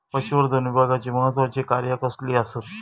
पशुसंवर्धन विभागाची महत्त्वाची कार्या कसली आसत?